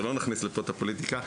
שלא נכניס לפה את הפוליטיקה,